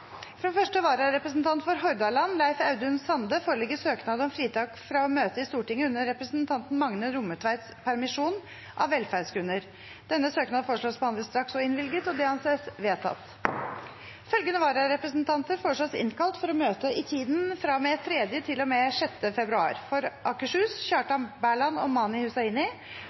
Fra første vararepresentant for Hordaland, Leif Audun Sande , foreligger søknad om fritak fra å møte i Stortinget under representanten Magne Rommetveits permisjon, av velferdsgrunner. Etter forslag fra presidenten ble enstemmig besluttet: Søknaden behandles straks og innvilges. Følgende vararepresentanter innkalles for å møte i tiden fra og med 3. til og med 6. februar: For Akershus: Kjartan Berland og Mani Hussaini